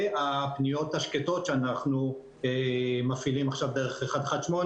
והפניות השקטות שאנחנו מפעילים עכשיו דרך 118,